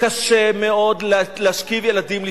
קשה מאוד להשכיב ילדים לישון.